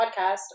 podcast